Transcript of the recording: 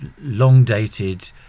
long-dated